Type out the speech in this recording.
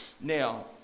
Now